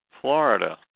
Florida